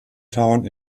town